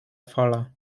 fala